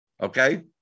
okay